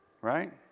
Right